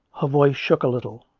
her voice shook a little.